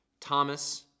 Thomas